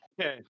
Okay